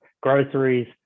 groceries